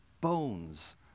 Bones